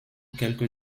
quelque